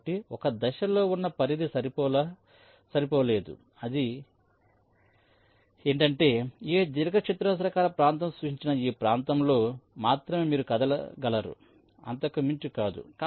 కాబట్టి ఒక దశలో ఉన్న పరిధి సరిపోలలేదు అది ఏంటి అంటే ఈ దీర్ఘచతురస్రాకార ప్రాంతం సూచించిన ఈ ప్రాంతంలో మాత్రమే మీరు కదలగలరు అంతకు మించి కాదు